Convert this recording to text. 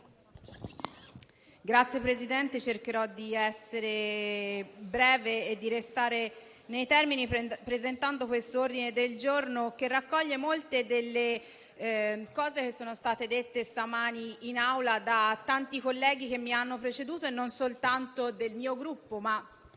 ringrazio. Cercherò di essere breve e di restare nei termini. L'ordine del giorno G6.69 raccoglie molte delle cose che sono state dette stamani in Aula da tanti colleghi che mi hanno preceduto, non soltanto del mio Gruppo, ma